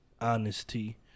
honesty